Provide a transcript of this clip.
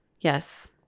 Yes